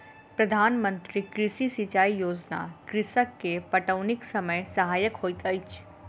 प्रधान मंत्री कृषि सिचाई योजना कृषक के पटौनीक समय सहायक होइत अछि